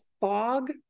fog